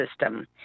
System